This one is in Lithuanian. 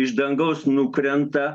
iš dangaus nukrenta